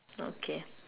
okay